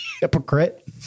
Hypocrite